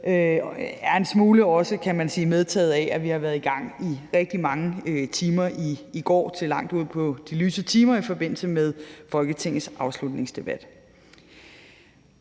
– er en smule medtaget af, at vi har været i gang i rigtig mange timer i går til langt ud på de lyse timer i forbindelse med Folketingets afslutningsdebat.